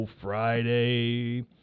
Friday